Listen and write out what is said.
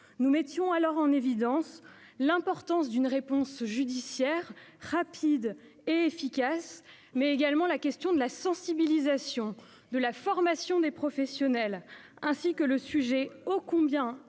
Nous mettions alors en évidence l'importance d'une réponse judiciaire rapide et efficace, mais également la question de la sensibilisation et de la formation des professionnels, ainsi que le sujet ô combien essentiel